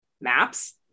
maps